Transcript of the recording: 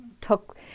took